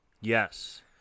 Yes